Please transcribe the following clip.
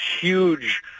huge